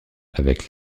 avec